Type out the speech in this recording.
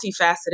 multifaceted